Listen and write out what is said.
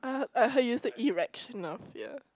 I I heard you said erectional fear